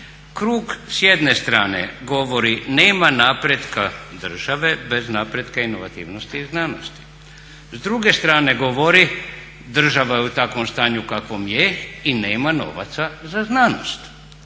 Krug s jedne strane govori nema napretka države bez napretka inovativnosti i znanosti. S druge strane govori država je u takvom stanju kakvom je i nema novaca za znanost,